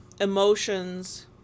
emotions